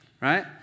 right